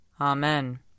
Amen